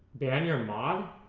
ban ur mod